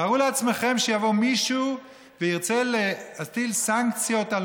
תארו לעצמכם שיבוא מישהו וירצה להטיל סנקציות על